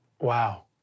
Wow